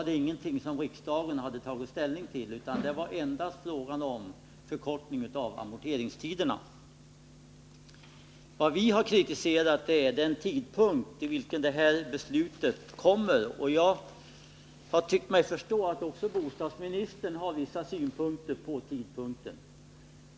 Den tog endast ställning till frågan om en förkortning av amorteringstiderna. Vad vi har kritiserat är den tidpunkt vid vilken det här beslutet kommer. Jag har tyckt mig förstå att också bostadsministern har vissa synpunkter på tidpunkten.